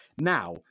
Now